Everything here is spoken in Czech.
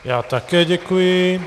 Já také děkuji.